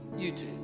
YouTube